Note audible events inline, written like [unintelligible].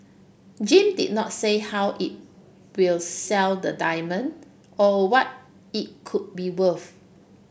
Gem did not say how it will sell the diamond or what it could be [unintelligible]